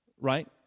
right